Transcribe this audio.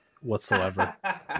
whatsoever